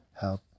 help